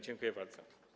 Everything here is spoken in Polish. Dziękuję bardzo.